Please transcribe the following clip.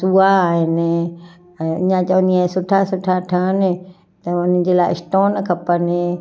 सूआ आहिनि अञा चवंदी आहियां सुठा सुठा ठहनि त उन जे लाइ स्टोन खपनि